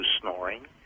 snoring